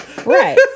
Right